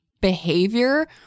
behavior